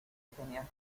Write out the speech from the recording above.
tenías